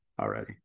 already